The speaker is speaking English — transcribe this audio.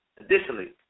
Additionally